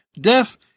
deaf